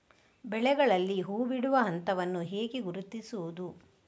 ಬೆಳೆಗಳಲ್ಲಿ ಹೂಬಿಡುವ ಹಂತವನ್ನು ಹೇಗೆ ಗುರುತಿಸುವುದು?